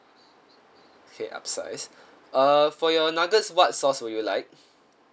okay upsize uh for your nuggets what sauce would you like